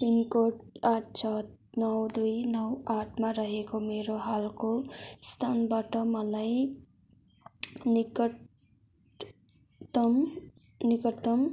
pin code आठ छ नौ दुई नौ आठमा रहेको मेरो हालको स्थानबाट मलाई निकटतम निकटतम